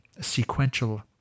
sequential